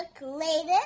later